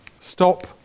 stop